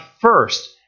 first